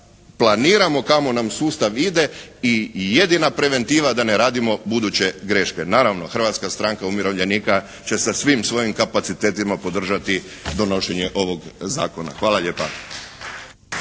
planiramo kamo nam sustav ide i jedina preventiva da ne radimo buduće greške. Naravno Hrvatska stranka umirovljenika će sa svim svojim kapacitetima podržati donošenje ovog zakona. Hvala lijepa.